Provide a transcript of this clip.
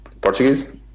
Portuguese